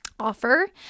offer